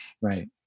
Right